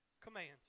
commands